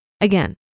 Again